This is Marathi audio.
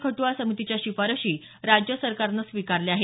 खट्आ समितीच्या शिफारशी राज्य सरकारनं स्विकारल्या आहेत